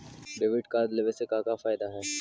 Debit card लेवे से का का फायदा है?